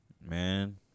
man